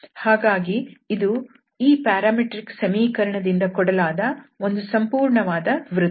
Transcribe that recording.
ಇಲ್ಲಿ t ಯು 0 ದಿಂದ 2 ವರೆಗೆ ಬದಲಾಗುತ್ತದೆ ಹಾಗಾಗಿ ಇದು ಈ ಪ್ಯಾರಾಮೆಟ್ರಿಕ್ ಸಮೀಕರಣದಿಂದ ಕೊಡಲಾದ ಒಂದು ಸಂಪೂರ್ಣವಾದ ವೃತ್ತ